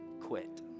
quit